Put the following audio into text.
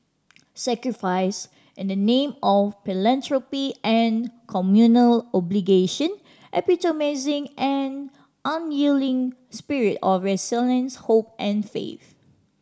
sacrifice in the name of philanthropy and communal obligation epitomising the unyielding spirit of resilience hope and faith